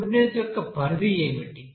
goodness యొక్క పరిధి ఏమిటి